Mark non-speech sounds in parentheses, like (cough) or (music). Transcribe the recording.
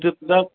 (unintelligible)